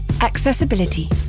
Accessibility